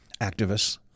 activists